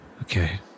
Okay